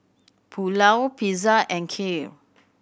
Pulao Pizza and Kheer